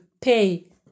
pay